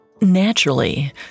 Naturally